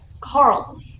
Carl